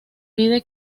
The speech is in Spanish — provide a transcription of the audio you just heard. pide